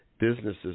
businesses